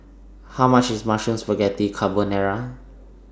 How much IS Mushroom Spaghetti Carbonara